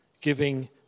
giving